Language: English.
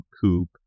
Coupe